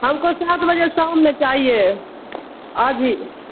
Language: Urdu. ہم کو سات بجے شام میں چاہیے آج ہی